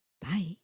Bye